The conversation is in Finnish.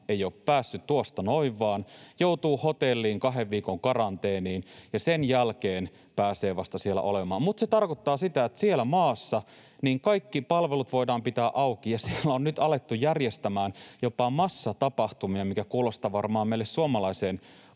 ei ole päässyt tuosta noin vain, joutuu hotelliin kahden viikon karanteeniin ja sen jälkeen vasta pääsee siellä olemaan, mutta se tarkoittaa sitä, että siellä maassa kaikki palvelut voidaan pitää auki, ja siellä on nyt alettu järjestämään jopa massatapahtumia, mikä kuulostaa varmaan meille suomalaiseen